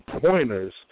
pointers